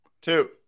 two